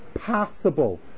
possible